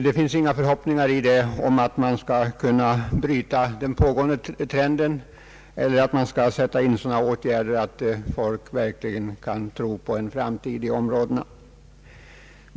Det finns i det inga förhoppningar om att man skall kunna bryta den pågående trenden eller att man skall kunna sätta in sådana åtgärder att folk i dessa områden verkligen kan tro på en framtid.